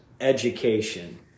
education